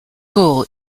goal